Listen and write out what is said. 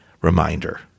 reminder